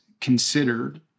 considered